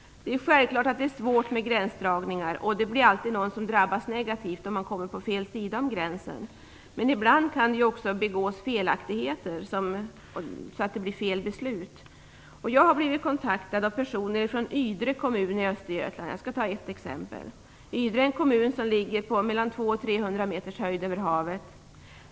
Det är självklart att det är svårt med gränsdragningar, och det blir alltid någon som drabbas negativt om man kommer på fel sida om gränsen. Men ibland kan det också begås felaktigheter, så att det blir fel beslut. Jag skall ta ett exempel. Jag har blivit kontaktad av personer från Ydre kommun i Östergötland. Ydre är en kommun som ligger 200-300 meter över havet.